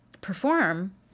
perform